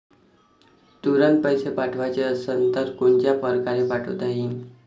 तुरंत पैसे पाठवाचे असन तर कोनच्या परकारे पाठोता येईन?